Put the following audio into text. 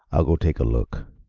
i'll go take a look.